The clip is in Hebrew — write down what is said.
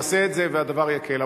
נעשה את זה והדבר יקל.